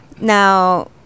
Now